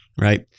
Right